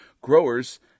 Growers